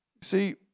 See